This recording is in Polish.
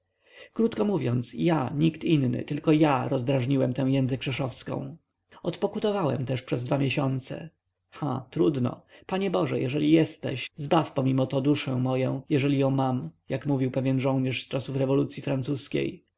krótko mówiąc ja nikt inny tylko ja rozdrażniłem tę jędzę krzeszowską odpokutowałem też przez dwa miesiące ha trudno panie boże jeżeli jesteś zbaw pomimo to duszę moję jeżeli ją mam jak mówił pewien żołnierz z czasów rewolucyi francuskiej